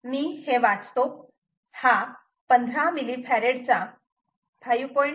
मी हे वाचतो हा 15 मिली फॅरेड चा 5